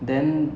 mm